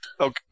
Okay